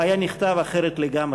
היה נכתב אחרת לגמרי.